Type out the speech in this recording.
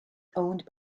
owned